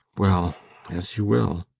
well as you will.